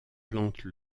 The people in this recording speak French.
plante